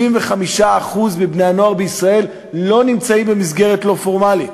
75% מבני-הנוער בישראל לא נמצאים במסגרת לא פורמלית.